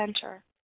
center